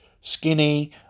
skinny